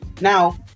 Now